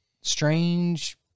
strange